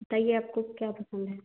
बताइए आपको क्या पसंद है